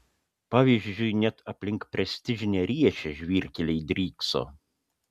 pavyzdžiui net aplink prestižinę riešę žvyrkeliai drykso